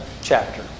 chapter